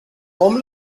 hom